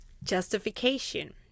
justification